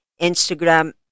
Instagram